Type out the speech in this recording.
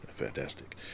Fantastic